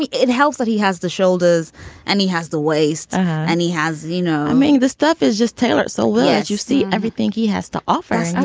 it helps that he has the shoulders and he has the waist and he has you know i mean the stuff is just tailor so when yeah you see everything he has to offer you